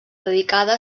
dedicada